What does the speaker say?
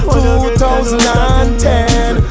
2010